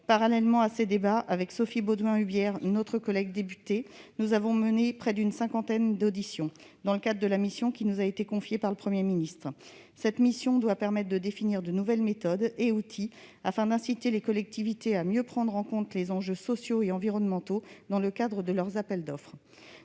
Parallèlement à ces débats, ma collègue députée Sophie Beaudouin-Hubiere et moi-même avons mené près d'une cinquantaine d'auditions dans le cadre de la mission temporaire qui nous a été confiée par le Premier ministre. Celle-ci doit permettre de définir de nouvelles méthodes et outils afin d'inciter les collectivités à mieux prendre en compte les enjeux sociaux et environnementaux dans le cadre de leurs appels d'offres.